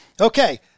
Okay